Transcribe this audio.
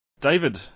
David